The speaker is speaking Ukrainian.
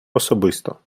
особисто